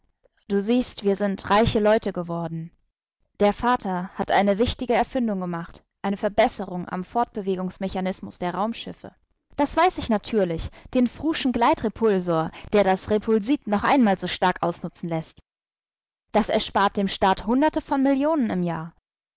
du siehst wir sind reiche leute geworden der vater hat eine wichtige erfindung gemacht eine verbesserung am fortbewegungsmechanismus der raumschiffe das weiß ich natürlich den fru'schen gleitrepulsor der das repulsit noch einmal so stark ausnutzen läßt das erspart dem staat hunderte von millionen im jahr